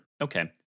Okay